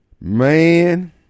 man